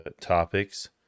topics